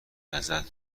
ازت